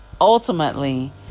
ultimately